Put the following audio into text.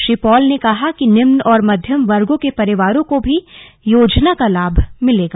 Shri Paul ने कहा कि निम्न और मध्यम वर्ग के परिवारों को भी योजना का लाभ मिलेगा